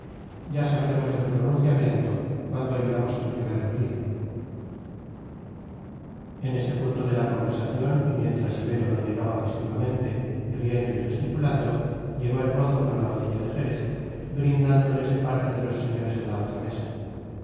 ya sabremos del pronunciamiento cuando oigamos el primer berrido en este punto de la conversación y mientras ibero denegaba festivamente riendo y gesticulando llegó el mozo con la botella de jerez brindándoles de parte de los señores de la otra mesa